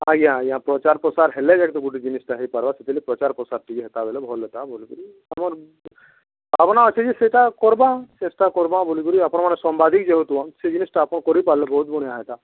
ଆଜ୍ଞା ଆଜ୍ଞା ପ୍ରଚାର ପ୍ରସାର ହେଲେ ଯେହେତୁ ଗୋଟେ ଜିନିଷଟା ହେଇପାରବା ସେଥିଲାଗି ପ୍ରଚାର ପ୍ରସାର ଟିକେ ହେତା ବଲେ ଭଲ ହେତା ବୋଲିକିରି ଆମର ଭାବନା ଅଛି ଯେ ସେଇଟା କର୍ବା ଚେଷ୍ଟା କର୍ବା ବୋଲିକିରି ଆପଣ ମାନେ ସାମ୍ବାଦିକ ଯେହେତୁ ସେ ଜିନିଷଟା ଆପଣ କରିପାରିଲେ ବହୁତ ବଢ଼ିଆ ହେତା